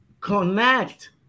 connect